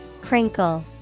Crinkle